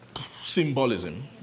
symbolism